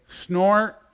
snort